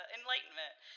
enlightenment